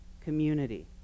community